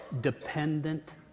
dependent